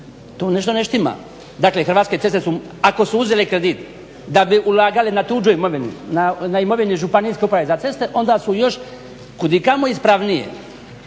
tu nešto ne štima. Dakle Hrvatske ceste su ako su uzele kredit da bi ulagale na tuđoj imovini na imovini ŽUC-a onda su još i kudikamo ispravnije